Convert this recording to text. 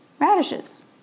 radishes